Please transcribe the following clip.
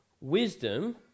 wisdom